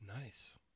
Nice